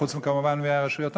חוץ מרשויות המס,